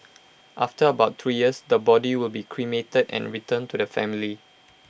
after about three years the body will be cremated and returned to the family